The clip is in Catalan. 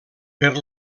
per